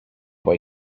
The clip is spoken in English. boy